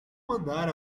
mandar